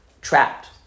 trapped